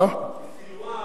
בסילואן,